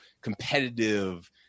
competitive